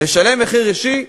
לשלם מחיר אישי?